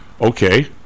okay